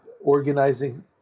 organizing